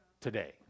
today